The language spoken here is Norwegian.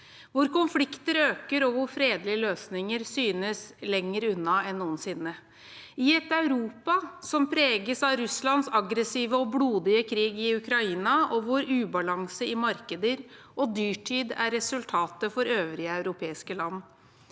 hvor konflikter øker og fredelige løsninger synes lenger unna enn noensinne, i et Europa som preges av Russlands aggressive og blodige krig i Ukraina, og hvor ubalanse i markeder og dyrtid er resultatet for øvrige europeiske land,